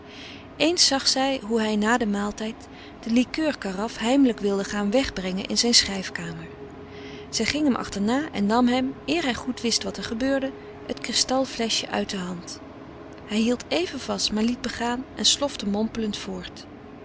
eens zag zij hoe hij na den maaltijd de likeurkaraf heimelijk wilde gaan wegbrengen in zijn schrijfkamer zij ging hem achterna en nam hem eer hij goed wist wat er gebeurde t kristal fleschje uit de hand hij hield even vast maar liet begaan en slofte momfrederik van